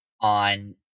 on